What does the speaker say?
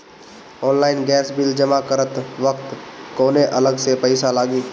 Online gas bill जमा करत वक्त कौने अलग से पईसा लागी?